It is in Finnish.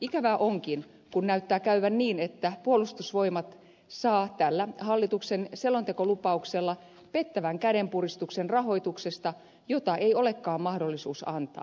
ikävää onkin kun näyttää käyvän niin että puolustusvoimat saa tällä hallituksen selontekolupauksella pettävän kädenpuristuksen rahoituksesta jota ei olekaan mahdollisuus antaa